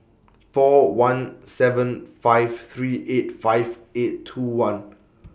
four one seven five three eight five eight two one